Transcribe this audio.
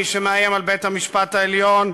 מי שמאיים על בית-המשפט העליון,